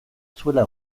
zuela